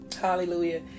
Hallelujah